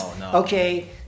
okay